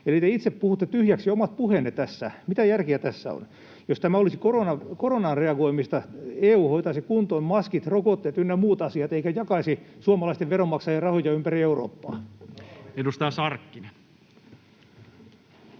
Eli te itse puhutte tyhjäksi omat puheenne tässä. Mitä järkeä tässä on? Jos tämä olisi koronaan reagoimista, EU hoitaisi kuntoon maskit, rokotteet ynnä muut asiat eikä jakaisi suomalaisten veronmaksajien rahoja ympäri Eurooppaa. [Vasemmalta: